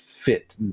fit